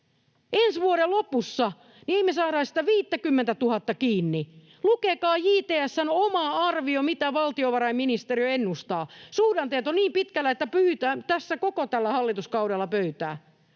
Ensi vuoden lopussa ei me saada edes sitä viittäkymmentätuhatta kiinni. Lukekaa JTS:n oma arvio siitä, mitä valtiovarainministeriö ennustaa. Suhdanteet ovat niin pitkällä, että pyyhitään tässä koko tällä hallituskaudella pöytää,